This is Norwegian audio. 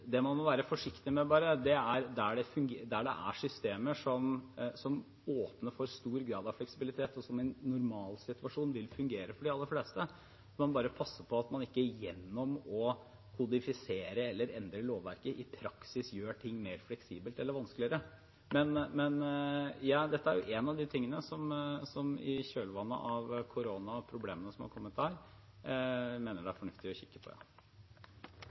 er systemer som åpner for stor grad av fleksibilitet, og som i en normalsituasjon vil fungere for de aller fleste. Man må bare passe på at man ikke gjennom å kodifisere eller endre lovverket i praksis gjør ting mer fleksibelt eller vanskeligere. Men dette er en av de tingene som jeg, i kjølvannet av koronaen og problemene som har kommet med den, mener det er fornuftig å kikke på.